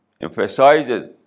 emphasizes